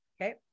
okay